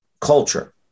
culture